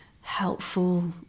helpful